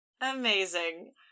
Amazing